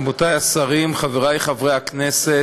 רבותי השרים, חברי חברי הכנסת,